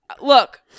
Look